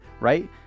right